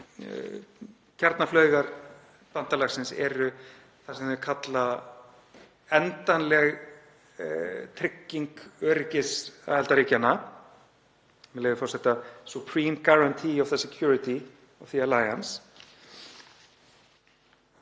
Kjarnaflaugar bandalagsins eru það sem þeir kalla endanleg trygging öryggis aðildarríkjanna, með leyfi forseta, „supreme guarantee of the security of the alliance“.